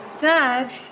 Dad